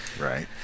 Right